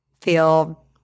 feel